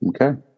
Okay